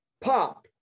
pop